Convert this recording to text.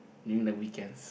during the weekends